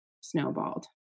snowballed